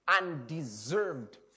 undeserved